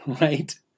right